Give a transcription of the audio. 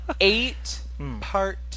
eight-part